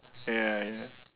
ya ya